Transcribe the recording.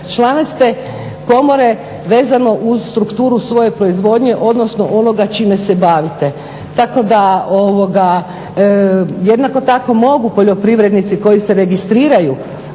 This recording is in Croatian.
Član ste komore vezano uz strukturu svoje proizvodnje, odnosno onoga čime se bavite. Tako da jednako tako mogu poljoprivrednici koji se registriraju